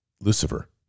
Lucifer